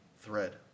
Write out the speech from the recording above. thread